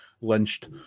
lynched